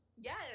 Yes